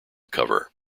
cover